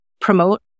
promote